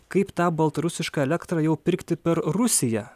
kaip tą baltarusišką elektrą jau pirkti per rusiją